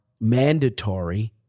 mandatory